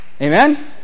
Amen